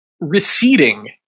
receding